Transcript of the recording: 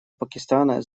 пакистана